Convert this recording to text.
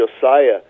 josiah